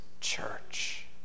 church